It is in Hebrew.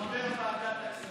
אני מצטרף כחבר ועדת הכספים.